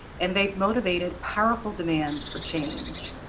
and they've motivated powerful demands for change.